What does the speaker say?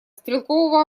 стрелкового